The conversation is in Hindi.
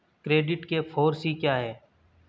क्रेडिट के फॉर सी क्या हैं?